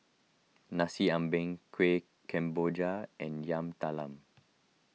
Nasi Ambeng Kueh Kemboja and Yam Talam